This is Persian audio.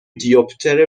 دیوپتر